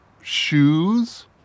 Shoes